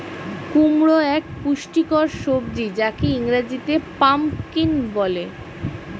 কুমড়ো এক পুষ্টিকর সবজি যাকে ইংরেজিতে পাম্পকিন বলে